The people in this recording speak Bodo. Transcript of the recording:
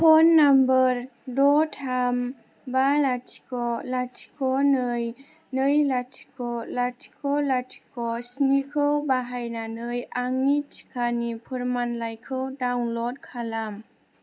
फ'न नाम्बार द' थाम बा लाथिख' लथिख' नै नै लाथिख' लाथिख' लाथिख' स्निखौ बाहायनानै आंनि टिकानि फोरमानलाइखौ डाउनल'ड खालाम